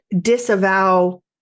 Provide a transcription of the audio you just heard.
disavow